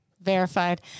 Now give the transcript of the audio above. Verified